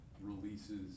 releases